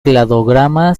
cladograma